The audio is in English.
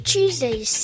Tuesdays